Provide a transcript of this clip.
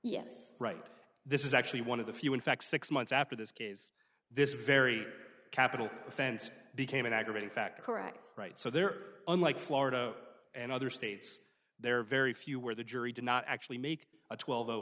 yes right this is actually one of the few in fact six months after this case this very capital offense became an aggravating factor correct right so there are unlike florida and other states there are very few where the jury did not actually make a twelve though